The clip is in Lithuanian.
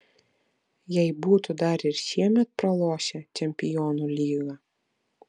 jei būtų dar ir šiemet pralošę čempionų lygą